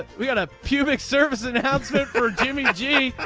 we got a pubic service announcement for jimmy g.